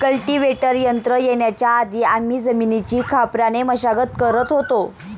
cultivator यंत्र येण्याच्या आधी आम्ही जमिनीची खापराने मशागत करत होतो